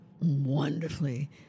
wonderfully